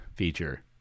feature